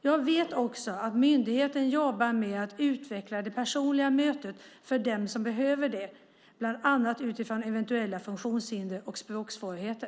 Jag vet också att myndigheten jobbar med att utveckla det personliga mötet för den som behöver det, bland annat utifrån eventuella funktionshinder och språksvårigheter.